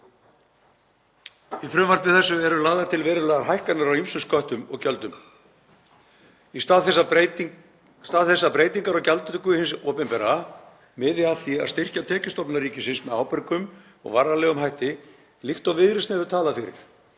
Í frumvarpi þessu eru lagðar til verulegar hækkanir á ýmsum sköttum og gjöldum. Í stað þess að breytingar á gjaldtöku hins opinbera miði að því að styrkja tekjustofna ríkisins með ábyrgum og varanlegum hætti, líkt og Viðreisn hefur talað fyrir,